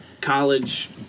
college